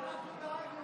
ואנחנו דאגנו.